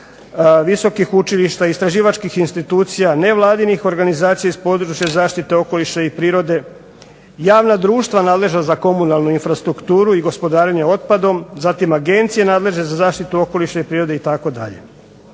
visokih učilišta, istraživačkih institucija, nevladinih organizacija iz područja zaštite okoliša i prirode. Javna društva nadležna za komunalnu infrastrukturu i gospodarenje otpadom zatim agencije nadležne za zaštitu okoliša i prirode itd.